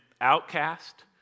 outcast